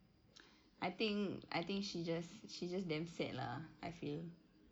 I think I think she just she just damn sad lah I feel